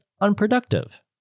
unproductive